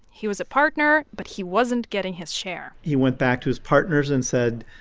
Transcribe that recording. he was a partner, but he wasn't getting his share he went back to his partners and said,